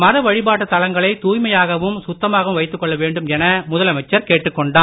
மத வழிபாட்டு தலங்களை தூய்மையாகவும் சுத்தமாகவும் வைத்துக் கொள்ள வேண்டும் என முதலமைச்சர் கேட்டுக் கொண்டார்